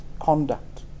conduct